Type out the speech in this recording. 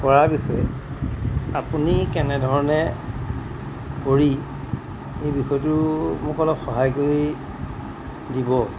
কৰাৰ বিষয়ে আপুনি কেনেধৰণে কৰি এই বিষয়টো মোক অলপ সহায় কৰি দিব